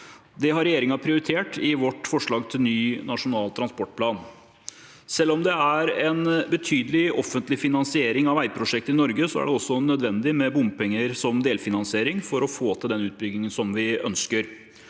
Det har regjeringen prioritert i vårt forslag til ny Nasjonal transportplan. Selv om det er en betydelig offentlig finansiering av veiprosjekter i Norge, er det også nødvendig med bompenger som delfinansiering for å få til utbyggingen vi ønsker.